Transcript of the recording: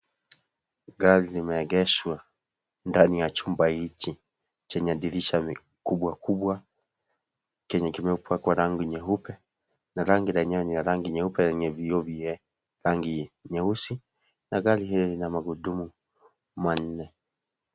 Gari limeegeshwa ndani ya chumba hichi chenye dirisha kubwa kubwa kenye kimepakwa rangi nyeupe na gari lenyewe ni la rangi nyeupe lenye vioo vyeusi na gari lile lina magurudumu manne.